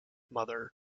mother